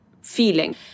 feeling